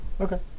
Okay